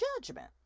judgment